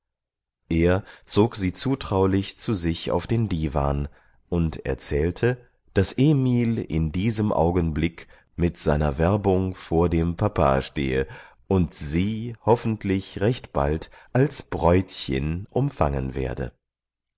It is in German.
er zog sie zutraulich zu sich auf den divan und erzählte daß emil in diesem augenblick mit seiner werbung vor dem papa stehe und sie hoffentlich recht bald als bräutchen umfangen werde